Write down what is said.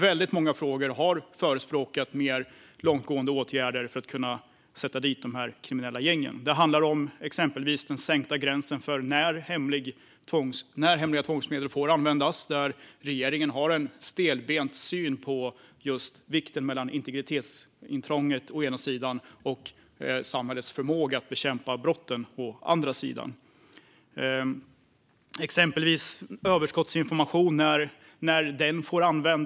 Vi har i många frågor förespråkat mer långtgående åtgärder för att man ska kunna sätta dit gängen. Det handlar exempelvis om den sänkta gränsen för när hemliga tvångsmedel får användas. Regeringen har här en stelbent syn vad gäller balansen mellan integritetsintrånget å ena sidan och samhällets förmåga att bekämpa brotten å andra sidan. Det handlar också om när man får använda överskottsinformation.